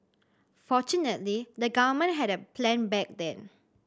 fortunately the government had a plan back then